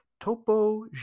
Topo